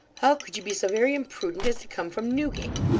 how could you be so very imprudent as to come from newgate!